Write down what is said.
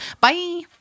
Bye